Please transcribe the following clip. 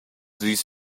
this